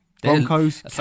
Broncos